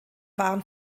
waren